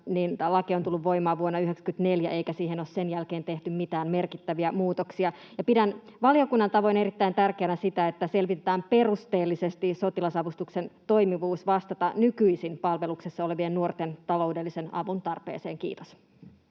laki on tullut voimaan vuonna 94 eikä siihen ole sen jälkeen tehty mitään merkittäviä muutoksia. Pidän valiokunnan tavoin erittäin tärkeänä sitä, että selvitetään perusteellisesti sotilasavustuksen toimivuus vastata nykyisin palveluksessa olevien nuorten taloudellisen avun tarpeeseen. — Kiitos.